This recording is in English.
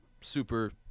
super